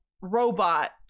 robot